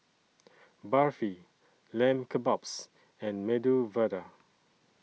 Barfi Lamb Kebabs and Medu Vada